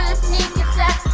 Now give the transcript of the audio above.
sneak attack!